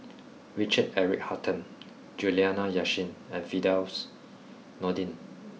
Richard Eric Holttum Juliana Yasin and Firdaus Nordin